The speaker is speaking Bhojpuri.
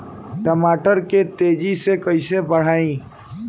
टमाटर के तेजी से कइसे बढ़ाई?